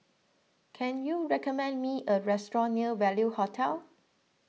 can you recommend me a restaurant near Value Hotel